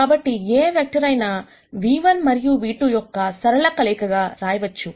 కాబట్టి ఏ వెక్టర్ అయినా v1 మరియు v2 యొక్క సరళ కలయికగా రాయవచ్చు